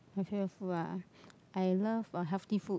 healthier food ah I love uh healthy food